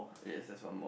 yes that's one more